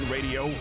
Radio